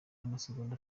n’amasegonda